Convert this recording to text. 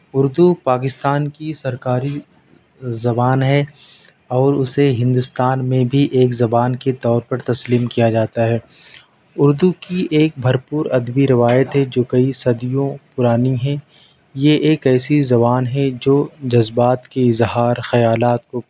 اردو پاکستان کی سرکاری زبان ہے اور اسے ہندوستان میں بھی ایک زبان کے طور پر تسلیم کیا جاتا ہے اردو کی ایک بھرپور ادبی روایت ہے جو کئی صدیوں پرانی ہے یہ ایک ایسی زبان ہے جو جذبات کی اظہار خیالات کو